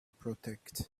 protect